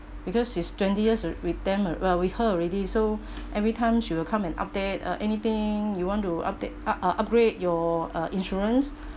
because his twenty years with with them uh with her already so every time she will come and update uh anything you want to update uh upgrade your uh insurance